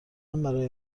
برای